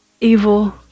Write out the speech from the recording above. evil